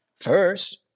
first